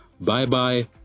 Bye-bye